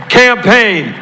campaign